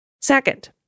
Second